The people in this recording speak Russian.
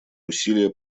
усилия